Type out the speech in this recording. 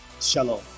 Shalom